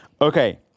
Okay